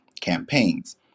campaigns